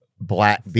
black